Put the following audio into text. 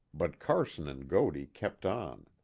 but carson and godey kept on.